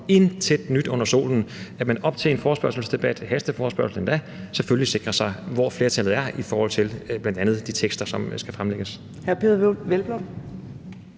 intet nyt under solen – at man op til en forespørgselsdebat, en hasteforespørgsel endda, selvfølgelig sikrer sig, at man ved, hvor flertallet er i forhold til bl.a. de tekster, som skal fremlægges.